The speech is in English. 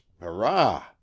Hurrah